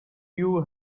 you